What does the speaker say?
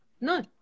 No